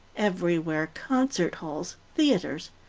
everywhere concert halls, theaters,